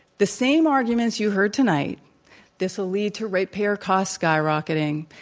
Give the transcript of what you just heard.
the same arguments you heard tonight this will lead to rate payer costs skyrocketing,